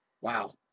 wow